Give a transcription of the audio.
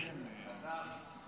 אלעזר, אתה עוד עולה לשלוש דקות.